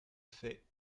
fait